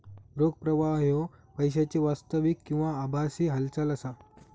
रोख प्रवाह ह्यो पैशाची वास्तविक किंवा आभासी हालचाल असा